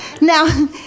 Now